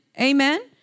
Amen